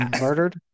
murdered